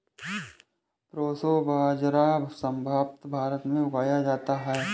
proso बाजरा संभवत भारत में उगाया जाता है